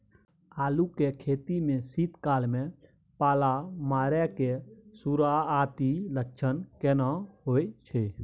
आलू के खेती में शीत काल में पाला मारै के सुरूआती लक्षण केना होय छै?